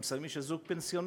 גם לסל של זוג פנסיונרים,